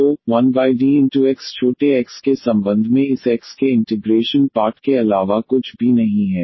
तो 1DX छोटे x के संबंध में इस x के इंटिग्रेशन पार्ट के अलावा कुछ भी नहीं है